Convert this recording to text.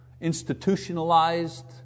institutionalized